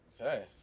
Okay